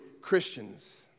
Christians